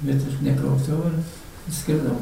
bet aš neklausiau ir išskridau